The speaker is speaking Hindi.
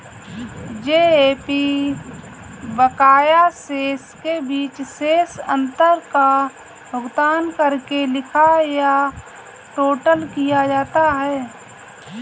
जी.ए.पी बकाया शेष के बीच शेष अंतर का भुगतान करके लिखा या टोटल किया जाता है